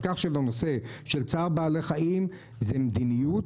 כך שהנושא של צער בעלי-חיים הוא מדיניות,